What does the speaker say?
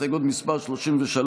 הסתייגות מס' 33,